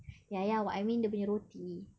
ya ya what I mean dia punya roti